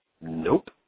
Nope